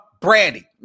Brandy